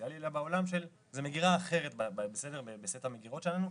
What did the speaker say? סוציאלי אלא זאת מגירה אחרת בסט המגירות שלנו,